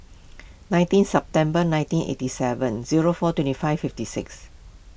nineteen September nineteen eighty seven zero four twenty five fifty six